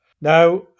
Now